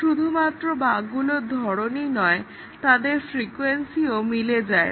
শুধুমাত্র বাগগুলোর ধরণই নয় তাদের ফ্রিকোয়েন্সিও মিলে যায়